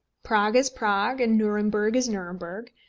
prague is prague, and nuremberg is nuremberg.